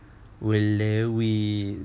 !walao! eh